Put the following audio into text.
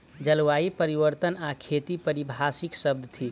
जलवायु परिवर्तन आ खेती पारिभाषिक शब्द थिक